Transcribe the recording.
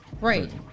Right